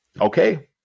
okay